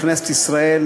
בכנסת ישראל,